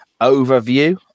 overview